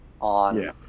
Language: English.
on